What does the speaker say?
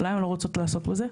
למה הן לא רוצות לעסוק בזה?